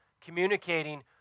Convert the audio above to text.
communicating